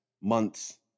months